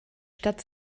stadt